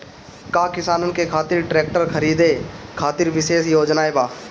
का किसानन के खातिर ट्रैक्टर खरीदे खातिर विशेष योजनाएं बा?